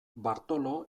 bartolo